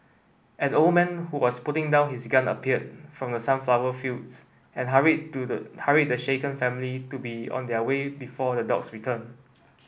an old man who was putting down his gun appeared from the sunflower fields and hurried the shaken family to be on their way before the dogs return